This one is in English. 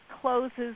closes